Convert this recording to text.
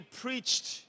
preached